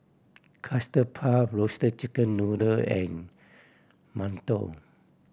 Custard Puff Roasted Chicken Noodle and mantou